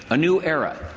a new era.